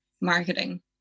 marketing